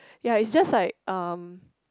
ya is just like um